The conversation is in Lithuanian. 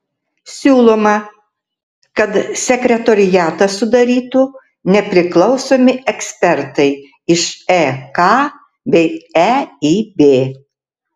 siūloma kad sekretoriatą sudarytų nepriklausomi ekspertai iš ek bei eib